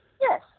Yes